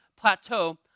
plateau